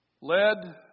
led